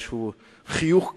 איזה חיוך קטן,